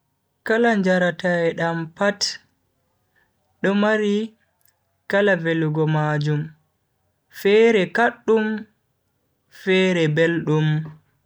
kala njarateedam pat do mari kala velugo majum, fere kaddum, fere beldum.